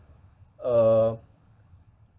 uh